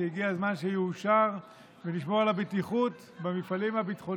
ומי שצריך יצא עם חבילת מזון לקחת הביתה לארוחת הערב שלו,